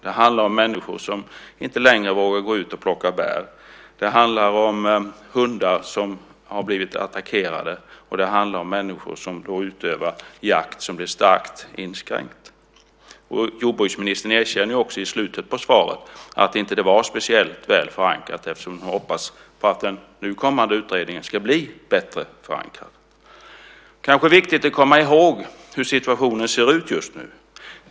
Det handlar om människor som inte längre vågar gå ut och plocka bär. Det handlar om hundar som har blivit attackerade, och det handlar om människor som utövar jakt, som blir starkt inskränkt. Jordbruksministern erkänner i slutet av svaret att det inte var speciellt väl förankrat; hon hoppas att den kommande utredningen ska blir bättre förankrad. Det är kanske viktigt att komma ihåg hur situationen ser ut just nu.